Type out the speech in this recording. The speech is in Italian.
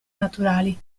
naturali